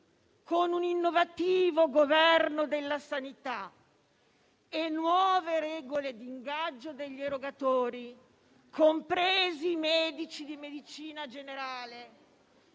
con un innovativo governo della sanità e nuove regole di ingaggio degli erogatori, compresi i medici di medicina generale,